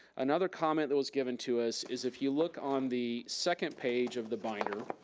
another comment that was given to us, is if you look on the second page of the binder,